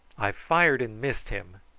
i fired and missed him,